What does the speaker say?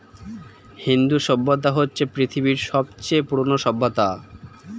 হিন্দু সভ্যতা হচ্ছে পৃথিবীর সবচেয়ে পুরোনো সভ্যতা